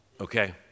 Okay